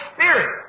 Spirit